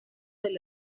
del